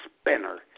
spinner